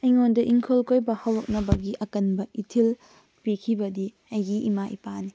ꯑꯩꯉꯣꯟꯗ ꯏꯪꯈꯣꯜ ꯀꯣꯏꯕ ꯍꯧꯔꯛꯅꯕꯒꯤ ꯑꯀꯟꯕ ꯏꯊꯤꯜ ꯄꯤꯈꯤꯕꯗꯤ ꯑꯩꯒꯤ ꯏꯃꯥ ꯏꯄꯥꯅꯤ